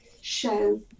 show